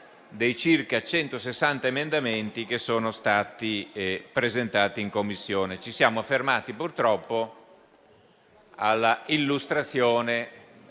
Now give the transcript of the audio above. Grazie,